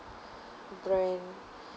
brand